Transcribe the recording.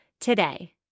today